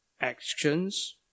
actions